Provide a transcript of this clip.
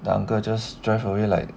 the uncle just drive away like